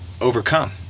overcome